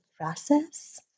process